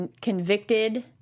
Convicted